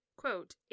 quote